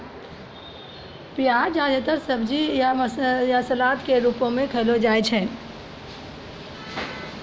प्याज जादेतर सब्जी म या सलाद क रूपो म खयलो जाय छै